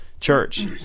church